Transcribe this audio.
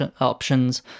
options